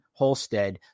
Holstead